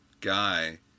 guy